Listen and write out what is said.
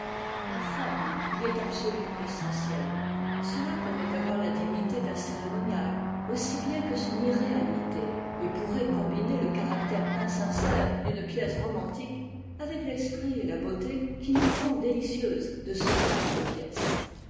la forme y est absolument essentielle gela pourrait avoir la dignité d'un cérémonial aussi bien que son irréalité et pourrait combiner le caractère insincère d'une pièce romantique avec l'esprit et la beauté qui nous font délicieuses de semblables pièces